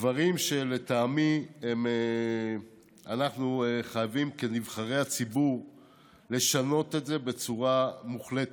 דברים שלטעמי אנחנו כנבחרי הציבור חייבים לשנות בצורה מוחלטת.